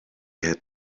had